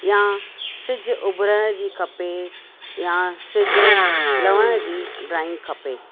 या सिजु उभरण जी खपे या सिजु लवण जी ड्रॉइंग खपे